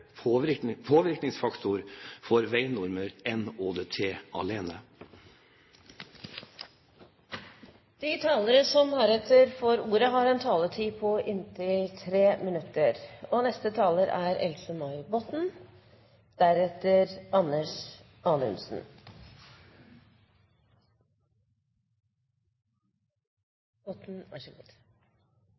større, påvirkningsfaktor på veinormer enn ÅDT alene. De talere som heretter får ordet, har en taletid på inntil 3 minutter. Det er